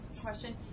question